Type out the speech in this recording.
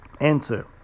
answer